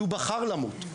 שבחר למות.